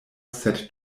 sed